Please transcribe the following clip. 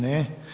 Ne.